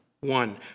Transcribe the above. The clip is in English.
one